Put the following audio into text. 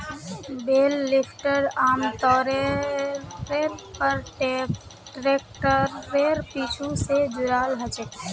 बेल lifter आमतौरेर पर ट्रैक्टरेर पीछू स जुराल ह छेक